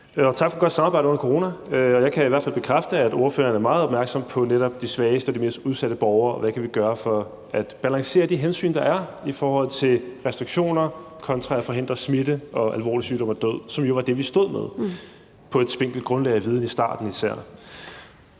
tak for godt samarbejde under corona. Jeg kan i hvert fald bekræfte, at ordføreren er meget opmærksom på netop de svageste og mest udsatte borgere, og hvad vi kan gøre for at balancere de hensyn, der er i forhold til restriktioner kontra at forhindre smitte og alvorlig sygdom og død, som jo var det, vi stod med på et spinkelt grundlag af viden, især